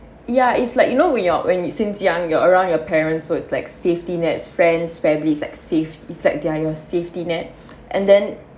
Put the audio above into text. ya it's like you know when you are when you since young you're around your parents so it's like safety nets friends families it's like safe it's like they're your safety net and then